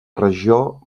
regió